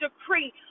decree